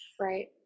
Right